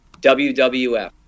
WWF